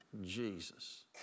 Jesus